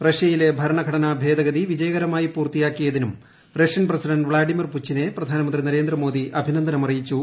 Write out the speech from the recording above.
റഷ്യയിലെ ഭരണഘടനാ ഭേദഗതി വിജയകരമായി പൂർത്തിയക്കിതിനും റഷ്യൻ പ്രസിഡന്റ് വ്ളാഡിമർ പുടിനെ പ്രധാനമന്ത്രി നരേന്ദ്രമോദി അഭിനന്ദനമറിയിച്ചു